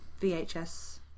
VHS